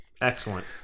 Excellent